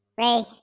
Ray